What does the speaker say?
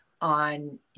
on